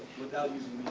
without